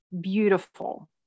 beautiful